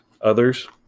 others